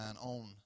on